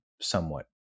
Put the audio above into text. somewhat